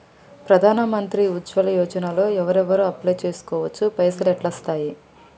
ప్రధాన మంత్రి ఉజ్వల్ యోజన లో ఎవరెవరు అప్లయ్ చేస్కోవచ్చు? పైసల్ ఎట్లస్తయి?